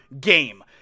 game